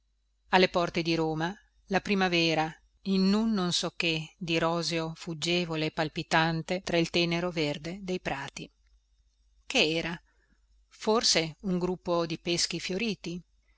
alle porte di roma la primavera in un non so che di roseo fuggevole e palpitante tra il tenero verde dei prati che era forse un gruppo di peschi fioriti